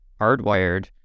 hardwired